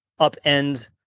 upend